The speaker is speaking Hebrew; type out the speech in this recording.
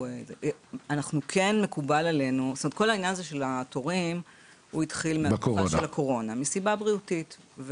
כל העניין הזה של התורים התחיל מהתקופה של הקורונה מסיבה בריאותית,